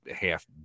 half